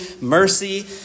mercy